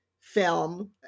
film